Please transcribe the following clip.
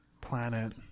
planet